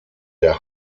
der